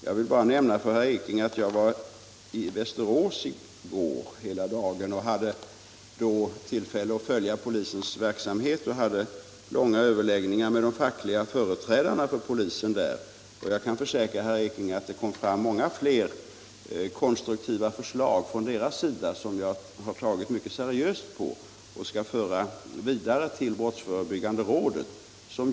Jag vill bara nämna för herr Ekinge att jag var i Västerås hela dagen i går och då hade tillfälle att följa polisens verksamhet. Jag hade långa överläggningar med de fackliga företrädarna för polisen där, och jag kan försäkra herr Ekinge att det kom fram många fler konstruktiva förslag från deras sida, som jag tagit mycket seriöst på och skall föra vidare till brottsförebyggande rådet.